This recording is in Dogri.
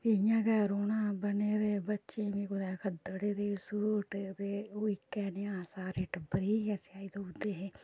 एह् इ'यां गै रौह्ना बने दे बच्चें बी कुदै खद्दड़ै दी सूट ते ओह् इक्कै नेहा सारे टब्बरै गी सेआई देई उड़दे हे